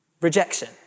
Rejection